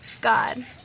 God